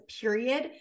period